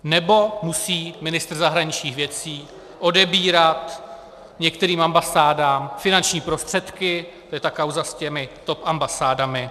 Nebo musí ministr zahraničních věcí odebírat některým ambasádám finanční prostředky, to je ta kauza s těmi top ambasádami.